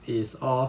is all